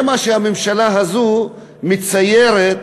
ככה הממשלה הזו מציירת